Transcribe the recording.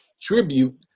tribute